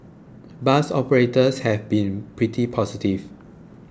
bus operators have been pretty positive